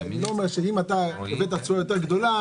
זה לא אומר שאם אתה הבאת תשואה יותר גדולה